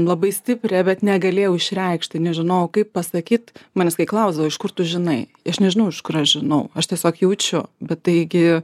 labai stiprią bet negalėjau išreikšti nežinojau kaip pasakyt manęs kai klausdavo iš kur tu žinai aš nežinau iš kur aš žinau aš tiesiog jaučiu bet taigi